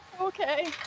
okay